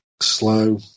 Slow